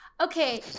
Okay